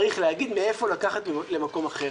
צריך להגיד מאיפה לקחת למקום אחר.